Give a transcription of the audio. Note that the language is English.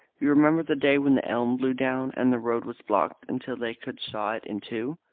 you remember the day when the elm blew down, and the road was blocked until they could saw it in two.